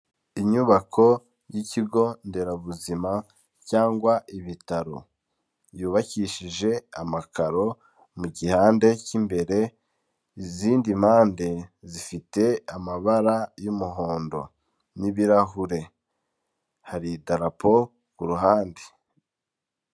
Inyubako y'ikigo nderabuzima cyangwa ibitaro, yubakishije amakaro mu gihanda cy'imbere, izindi mpande zifite amabara y'umuhondo n'ibirahure, hari idarapo ku ruhande.